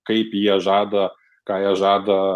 kaip jie žada ką jie žada